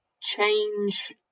change